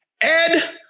Ed